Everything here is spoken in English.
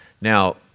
Now